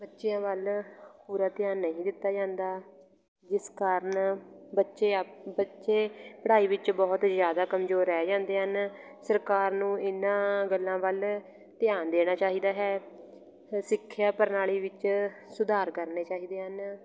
ਬੱਚਿਆਂ ਵੱਲ ਪੂਰਾ ਧਿਆਨ ਨਹੀਂ ਦਿੱਤਾ ਜਾਂਦਾ ਜਿਸ ਕਾਰਨ ਬੱਚੇ ਅਪ ਬੱਚੇ ਪੜ੍ਹਾਈ ਵਿੱਚ ਬਹੁਤ ਜ਼ਿਆਦਾ ਕਮਜ਼ੋਰ ਰਹਿ ਜਾਂਦੇ ਹਨ ਸਰਕਾਰ ਨੂੰ ਇਨ੍ਹਾਂ ਗੱਲਾਂ ਵੱਲ ਧਿਆਨ ਦੇਣਾ ਚਾਹੀਦਾ ਹੈ ਸਿੱਖਿਆ ਪ੍ਰਣਾਲੀ ਵਿੱਚ ਸੁਧਾਰ ਕਰਨੇ ਚਾਹੀਦੇ ਹਨ